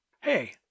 Hey